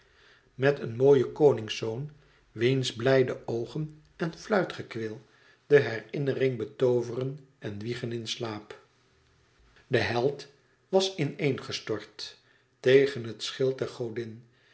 met een mooien koningszoon wiens blijde oogen en fluitgekweel de herinnering betooveren en wiegen in slaap de held was in een gestort tegen het schild der godin